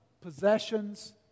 possessions